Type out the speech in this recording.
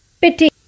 pity